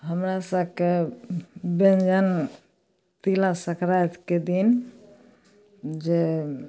हमरा सबके ब्यञ्जन तिलासङ्करातिके दिन जे